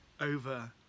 over